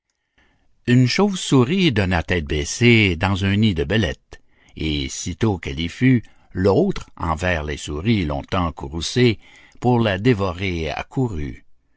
une chauve-souris donna tête baissée dans un nid de belette et sitôt qu'elle y fut l'autre envers la souris de longtemps courroucée pour la dévorer accourut